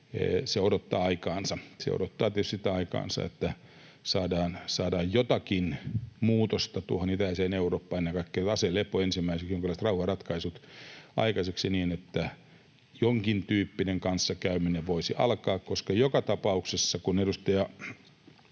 Se odottaa aikaansa. Se odottaa tietysti sitä aikaansa, että saadaan jotakin muutosta tuohon itäiseen Eurooppaan ja ennen kaikkea ensimmäiset jonkinlaiset rauhanratkaisut aikaiseksi aselepoon, niin että jonkintyyppinen kanssakäyminen voisi alkaa. Joka tapauksessa: Edustaja